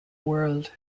world